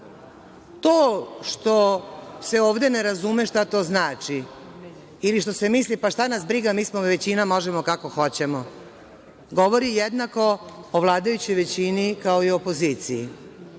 to što se ovde ne razume šta to znači ili što se misli šta nas briga, mi smo većina, možemo kako hoćemo govori jednako o vladajućoj većini, kao i opoziciji.